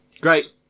Great